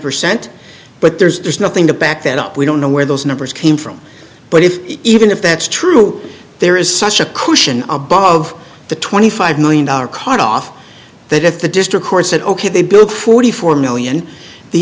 percent but there's nothing to back that up we don't know where those numbers came from but if even if that's true there is such a cushion above the twenty five million dollar cut off that if the district court said ok they built forty four million the